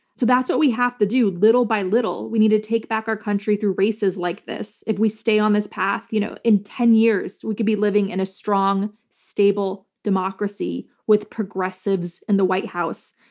so that's what we have to do, little by little. we need to take back our country through races like this. if we stay on this path, you know in ten years we could be living in a strong, stable democracy with progressives in the white house.